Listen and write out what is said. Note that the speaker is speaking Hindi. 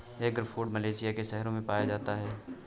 एगफ्रूट मलेशिया के शहरों में पाया जाता है